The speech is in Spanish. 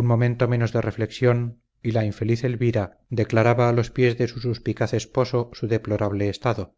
un momento menos de reflexión y la infeliz elvira declaraba a los pies de su suspicaz esposo su deplorable estado